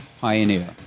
pioneer